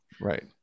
right